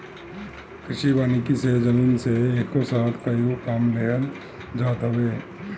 कृषि वानिकी से जमीन से एके साथ कएगो काम लेहल जात हवे